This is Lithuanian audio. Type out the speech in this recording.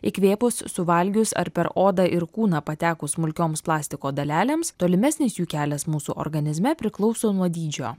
įkvėpus suvalgius ar per odą ir kūną patekus smulkioms plastiko dalelėms tolimesnis jų kelias mūsų organizme priklauso nuo dydžio